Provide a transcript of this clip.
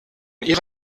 ihre